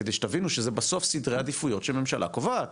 כדי שתבינו שזה בסוף סדרי עדיפויות שממשלה קובעת,